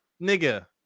nigga